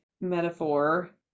metaphor